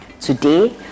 Today